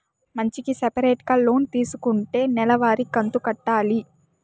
మంచికి సపరేటుగా లోన్ తీసుకుంటే నెల వారి కంతు కట్టాలి